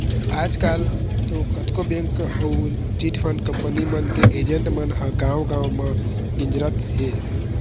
आजकल तो कतको बेंक अउ चिटफंड कंपनी मन के एजेंट मन ह गाँव गाँव म गिंजरत हें